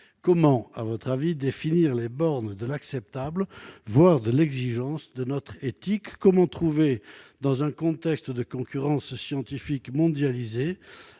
Comment définir, selon vous, les bornes de l'acceptable, voire de l'exigence de notre éthique ? Comment trouver, dans un contexte de concurrence scientifique mondialisée,